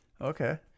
Okay